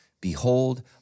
Behold